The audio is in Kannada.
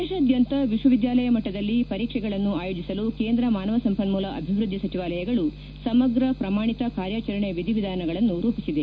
ದೇಶಾದ್ಯಂತ ವಿಶ್ವವಿದ್ಯಾಲಯ ಮಟ್ಟದಲ್ಲಿ ಪರೀಕ್ಷೆಗಳನ್ನು ಆಯೋಜಿಸಲು ಕೇಂದ್ರ ಮಾನವ ಸಂಪನ್ಮೂಲ ಅಭಿವ್ವದ್ದಿ ಸಚಿವಾಲಯವು ವಿಸ್ತುತ ಪ್ರಮಾಣಿತ ಕಾರ್ಯಾಚರಣೆ ವಿಧಿವಿಧಾನಗಳನ್ನು ರೂಪಿಸಿದೆ